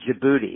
Djibouti